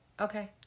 Okay